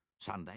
Sunday